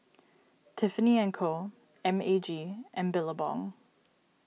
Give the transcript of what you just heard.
Tiffany and Co M A G and Billabong